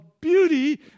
beauty